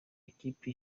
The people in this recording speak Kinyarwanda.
ikipe